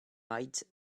myth